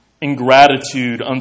Ingratitude